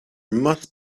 must